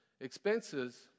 Expenses